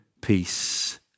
peace